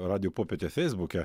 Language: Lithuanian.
radijo popietę feisbuke